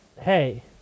Hey